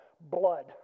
blood